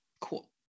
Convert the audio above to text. cool